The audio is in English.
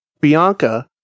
Bianca